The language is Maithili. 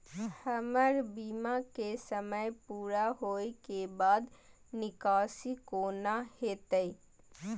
हमर बीमा के समय पुरा होय के बाद निकासी कोना हेतै?